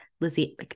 Lizzie